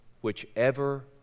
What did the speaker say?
Whichever